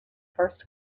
first